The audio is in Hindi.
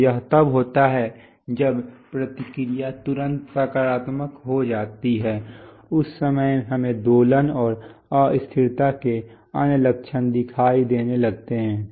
तो यह तब होता है जब प्रतिक्रिया तुरंत सकारात्मक हो जाती है उस समय हमें दोलन और अस्थिरता के अन्य लक्षण दिखाई देने लगते हैं